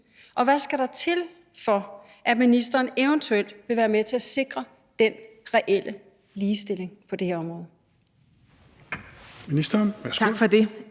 Og hvad skal der til, for at ministeren eventuelt vil være med til at sikre den reelle ligestilling på det her område?